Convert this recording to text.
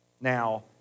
Now